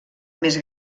més